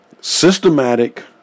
systematic